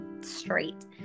straight